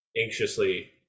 anxiously